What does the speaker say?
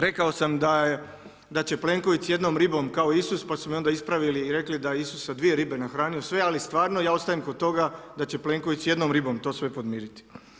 Rekao sam da će Plenković s jednom ribom kao Isus, pa su me onda ispravili i rekli da je Isus sa dvije ribe nahranio sve, ali stvarno ja ostajem kod toga da će Plenković sa jednom ribom to sve podmiriti.